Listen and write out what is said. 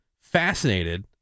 fascinated